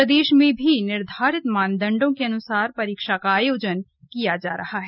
प्रदेश में भी निर्धारित मानदंडों के अन्सार परीक्षा का आयोजन किया जा रहा है